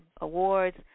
awards